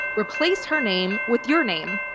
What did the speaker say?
replace her name with your name,